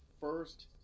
first